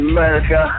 America